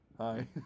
Hi